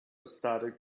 started